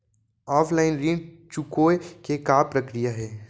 Offline ऋण चुकोय के का प्रक्रिया हे?